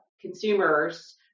consumers